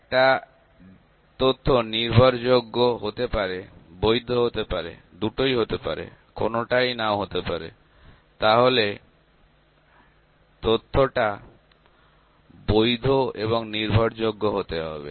একটা তথ্যটি নির্ভরযোগ্য হতে পারে বৈধ হতে পারে দুটোই হতে পারে কোনটাই নাও হতে পারে তাহলে তথ্যটি কে বৈধ এবং নির্ভরযোগ্য হতে হবে